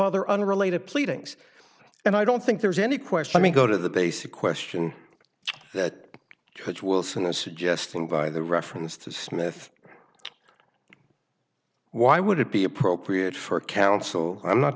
other unrelated pleadings and i don't think there's any question we go to the basic question that wilson is suggesting by the reference to smith why would it be appropriate for counsel i'm not